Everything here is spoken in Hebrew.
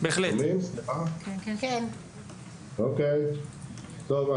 קודם כול,